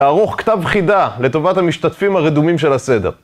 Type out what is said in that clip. תערוך כתב חידה לטובת המשתתפים הרדומים של הסדר.